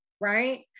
right